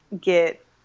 get